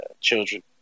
children